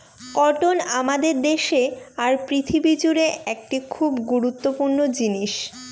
cotton আমাদের দেশে আর পৃথিবী জুড়ে একটি খুব গুরুত্বপূর্ণ জিনিস